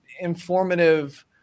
informative